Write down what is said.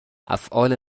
افعال